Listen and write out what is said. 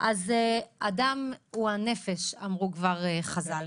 "הדם הוא הנפש", אמרו חז"ל.